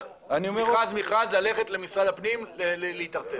מכרז מכרז ללכת למשרד הפנים להיטרטר.